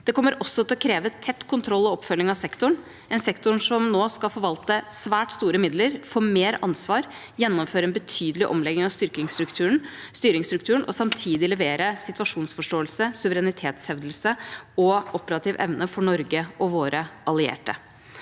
Det kommer også til å kreve tett kontroll og oppfølging av sektoren – den sektoren som nå skal forvalte svært store midler, få mer ansvar, gjennomføre en betydelig omlegging av styringsstrukturen og samtidig levere situasjonsforståelse, suverenitetshevdelse og operativ evne for Norge og våre allierte.